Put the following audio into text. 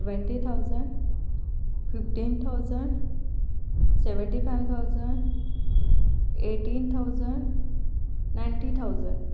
twenty thousand fifteen thousand seventy five thousand eighteen thousand ninety thousand